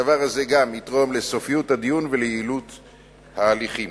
גם הדבר הזה יגרום לסופיות הדיון וליעילות ההליכים.